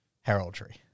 heraldry